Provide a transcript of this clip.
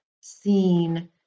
seen